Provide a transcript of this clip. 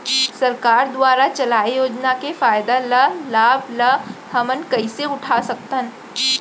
सरकार दुवारा चलाये योजना के फायदा ल लाभ ल हमन कइसे उठा सकथन?